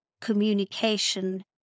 communication